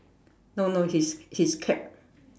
no no his his cap